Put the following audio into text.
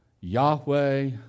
Yahweh